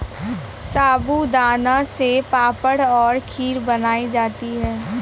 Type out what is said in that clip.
साबूदाना से पापड़ और खीर बनाई जाती है